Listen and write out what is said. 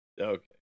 Okay